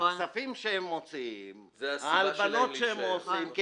הכספים שהם מוציאים, ההלבנות שהם עושים...